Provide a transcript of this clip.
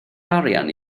arian